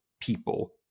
people